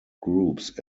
groups